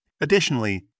Additionally